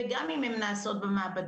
וגם אם הן נעשות במעבדה,